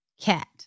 cat